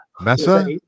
Mesa